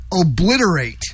obliterate